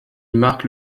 marque